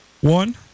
One